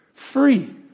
free